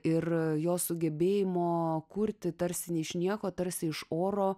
ir jo sugebėjimo kurti tarsi iš nieko tarsi iš oro